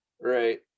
right